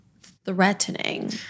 threatening